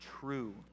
true